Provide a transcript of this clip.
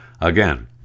Again